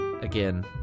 again